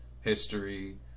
history